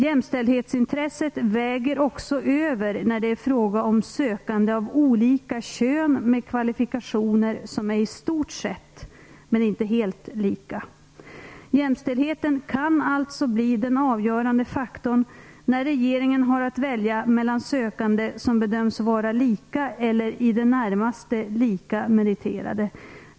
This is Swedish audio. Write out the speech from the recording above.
Jämställdhetsintresset väger också över när det är fråga om sökande av olika kön med kvalifikationer som är i stort sett - men inte helt - Jämställdheten kan alltså bli den avgörande faktorn när regeringen har att välja mellan sökande som bedöms vara lika eller i det närmaste lika meriterade.